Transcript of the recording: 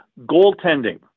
goaltending